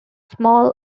small